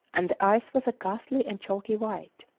and the ice was a ghastly and chalky white.